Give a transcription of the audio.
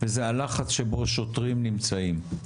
והוא הלחץ שבו שוטרים נמצאים.